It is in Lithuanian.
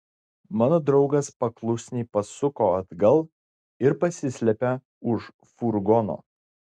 mano draugas paklusniai pasuko atgal ir pasislėpė už furgono